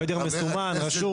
הוא עדר מסומן, רשום?